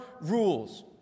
rules